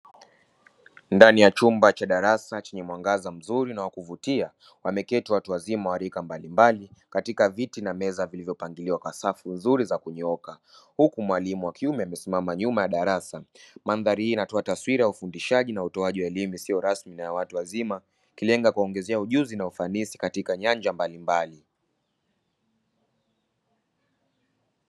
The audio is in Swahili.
Ndani ya chumba cha darasa chenye mwangaza mzuri na wa kuvutia, wameketi watu wazima wa rika mbalimbali katika viti na meza vilivyopangiliwa kwa safu nzuri za kunyooka, huku mwalimu wa kiume amesimama nyuma ya darasa. Mandhari hii inatoa taswira ya ufundishaji na utoaji wa elimu isiyo rasmi ya watu wazima, ikilenga kuwaongezea ujuzi na ufanisi katika nyanja mbalimbali.